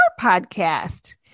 podcast